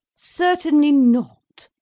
certainly not!